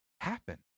happen